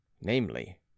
namely